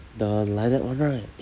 the like that right